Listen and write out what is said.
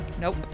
nope